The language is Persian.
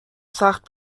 سخت